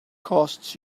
costs